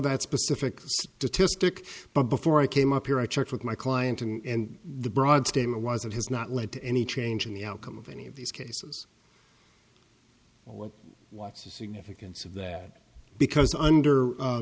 that specific to to stick but before i came up here i checked with my client and the broad statement was it has not led to any change in the outcome of any of these cases or what's the significance of that because under